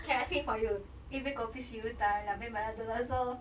okay I sing it for you 一杯 kopi siew dai 两杯 milo dinosaur